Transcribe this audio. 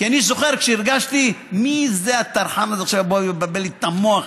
כי אני זוכר שהרגשתי: מי זה הטרחן הזה שעכשיו בא לבלבל לי את המוח?